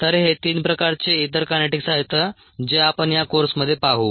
तर हे तीन प्रकारचे इतर कायनेटिक्स आहेत जे आपण या कोर्समध्ये पाहू